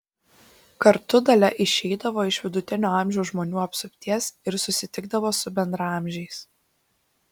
kartu dalia išeidavo ir iš vidutinio amžiaus žmonių apsupties ir susitikdavo su bendraamžiais